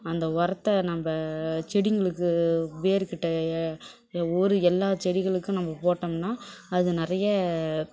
அந்த உரத்த நம்ம செடிங்களுக்கு வேர்கிட்டேயே ஒரு எல்லாம் செடிகளுக்கும் நம்ம போட்டோம்னா அது நிறைய